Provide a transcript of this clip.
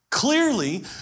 Clearly